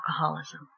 alcoholism